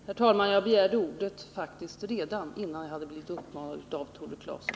Herr talman! Jag begärde faktiskt ordet redan innan jag blivit uppmanad av Tore Claeson.